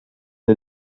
est